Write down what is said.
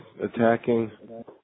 attacking